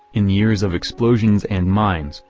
in years of explosions and mines,